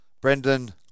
Brendan